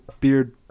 beard